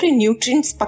nutrients